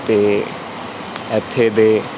ਅਤੇ ਇੱਥੇ ਦੇ